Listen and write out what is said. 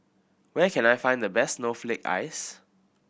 where can I find the best snowflake ice